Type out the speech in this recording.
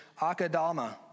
Akadama